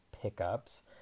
pickups